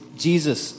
Jesus